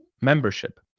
membership